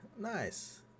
Nice